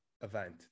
event